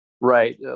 Right